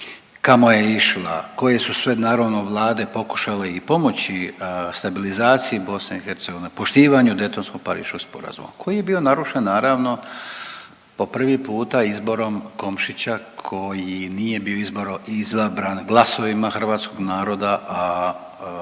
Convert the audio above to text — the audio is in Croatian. kamo je išla, koje su sve naravno vlade pokušale i pomoći stabilizaciji BiH, poštivanju Daytonsko-pariškog sporazuma koji je bio narušen naravno po prvi puta izborom Komšića koji nije bio izabran glasovima hrvatskog naroda, a